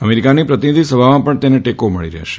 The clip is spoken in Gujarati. અમેરિકાની પ્રતિનિધિ સભામાં પણ તેને ટેકો મળી રહેશે